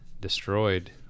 destroyed